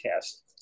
test